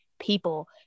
people